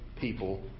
people